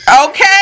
Okay